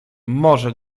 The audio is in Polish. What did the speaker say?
może